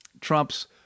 Trump's